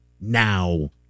Now